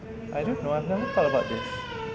I don't know I've never thought about this